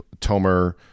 Tomer